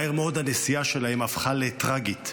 מהר מאוד הנסיעה שלהם הפכה לטרגית,